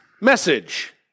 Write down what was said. message